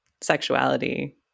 sexuality